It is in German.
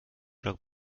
oder